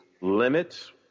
limits